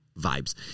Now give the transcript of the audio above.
vibes